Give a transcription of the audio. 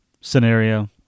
scenario